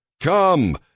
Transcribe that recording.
Come